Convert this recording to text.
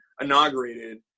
inaugurated